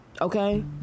Okay